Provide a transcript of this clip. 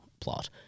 plot